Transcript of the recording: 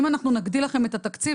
אם אנחנו נגדיל לכם את התקציב,